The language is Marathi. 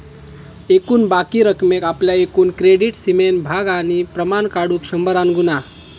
एकूण बाकी रकमेक आपल्या एकूण क्रेडीट सीमेन भागा आणि प्रमाण काढुक शंभरान गुणा